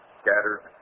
scattered